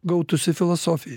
gautųsi filosofija